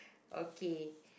okay